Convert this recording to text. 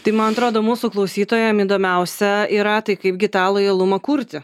tai man atrodo mūsų klausytojam įdomiausia yra tai kaipgi tą lojalumą kurti